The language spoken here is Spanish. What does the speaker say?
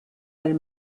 del